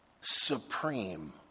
supreme